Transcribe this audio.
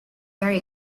very